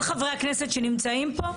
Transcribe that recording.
כל חברי הכנסת שנמצאים פה,